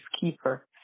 keeper